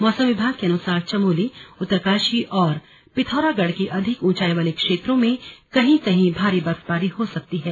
मौसम विभाग के अनुसार चमोली उत्तरकाशी और पिथौरागढ़ के अधिक ऊंचाई वाले क्षेत्रों में कहीं कहीं भारी बर्फबारी हो सकती है